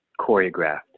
choreographed